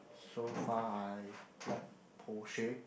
so far I like Porsche